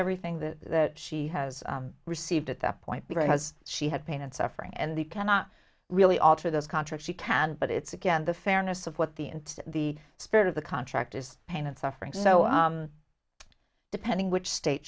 everything that she has received at that point because she had pain and suffering and he cannot really alter those contracts she can but it's again the fairness of what the and the spirit of the contract is pain and suffering so depending which state